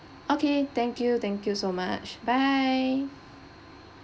okay thank you thank you so much bye